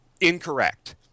incorrect